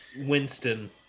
Winston